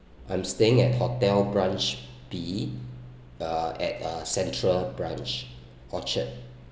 I'm staying at hotel branch b uh at a central branch orchard